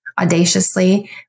audaciously